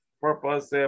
purpose